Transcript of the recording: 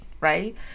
Right